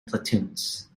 platoons